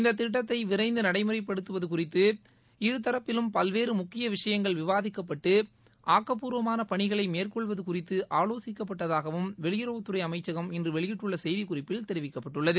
இந்த திட்டத்தை விரைந்து நடைமுறைப் படுத்துவது குறித்து இருதரப்பிலும் பல்வேறு முக்கிய விஷயங்கள் விவாதிக்கப்பட்டு ஆக்கப்பூர்வமான பணிகளை மேற்கொள்வது குறித்து ஆலோசிக்கப்பட்டதாகவும் வெளியறவுத்துறை அமைச்சகம் இன்று வெளியிட்டுள்ள செய்திக்குறிப்பில் தெரிவிக்கப்பட்டுள்ளது